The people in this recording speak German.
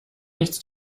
nichts